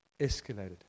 escalated